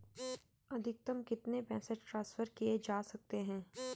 अधिकतम कितने पैसे ट्रांसफर किये जा सकते हैं?